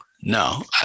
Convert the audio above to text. no